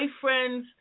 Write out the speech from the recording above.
boyfriends